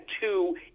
two